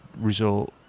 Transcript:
resort